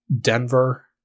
Denver